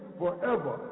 forever